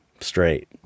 straight